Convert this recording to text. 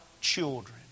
children